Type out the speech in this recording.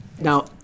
Now